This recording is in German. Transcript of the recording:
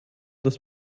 das